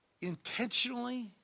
intentionally